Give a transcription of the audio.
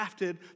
crafted